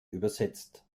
übersetzt